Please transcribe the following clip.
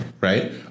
Right